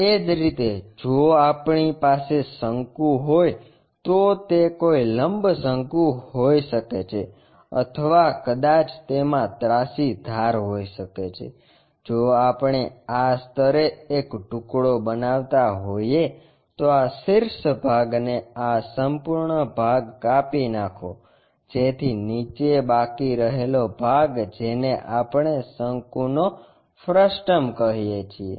એ જ રીતે જો આપણી પાસે શંકુ હોય તો તે કોઈ લંબ શંકુ હોઈ શકે છે અથવા કદાચ તેમાં ત્રાસી ધાર હોઈ શકે છે જો આપણે આ સ્તરે એક ટુકડો બનાવતા હોઈએ તો આ શિર્ષ ભાગને આ સંપૂર્ણ ભાગ કાપી નાખો જેથી નિચે બાકી રહેલો ભાગ જેને આપણે શંકુ નો ફ્રસ્ટમ છીએ